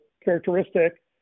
characteristic